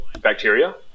bacteria